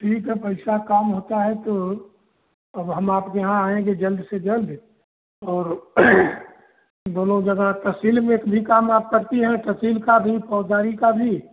ठीक है पैसा काम होता है तो अब हम आपके यहाँ आएँगे जल्द से जल्द और दोनों जगह तहसील में एक भी काम आप करती हैं तहसील का भी फौज़दारी का भी